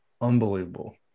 Unbelievable